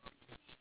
ya